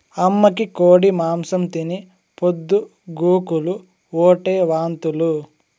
అమ్మకి కోడి మాంసం తిని పొద్దు గూకులు ఓటే వాంతులు